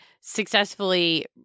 successfully